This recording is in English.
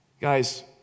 Guys